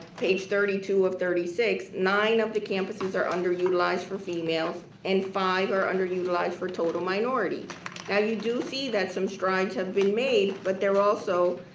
page thirty two of thirty six, nine of the campuses are underutilized for females and five are underutilized for total minority. now you do see that some strides have been made, but they're also.